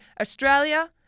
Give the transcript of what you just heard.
Australia